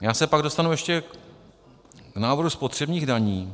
Já se pak dostanu ještě k návrhu spotřebních daní.